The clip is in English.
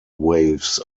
waves